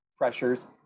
pressures